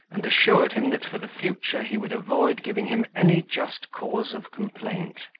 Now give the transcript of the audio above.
and assured him that for the future he would avoid giving him any just cause of complaint.